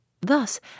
Thus